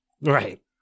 Right